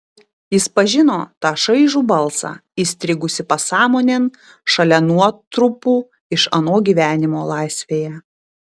jis pažino tą šaižų balsą įstrigusį pasąmonėn šalia nuotrupų iš ano gyvenimo laisvėje